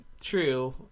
True